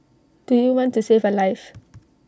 do you want to save A life